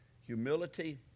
humility